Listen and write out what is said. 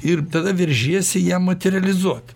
ir tada veržiesi ją materializuot